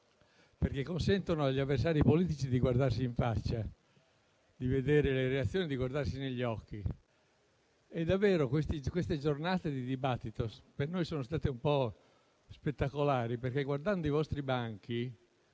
perché consentono agli avversari politici di guardarsi in faccia, di vedere le rispettive reazioni e di guardarsi negli occhi. E davvero queste giornate di dibattito per noi sono state un po' spettacolari, perché guardando i vostri banchi